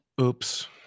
Oops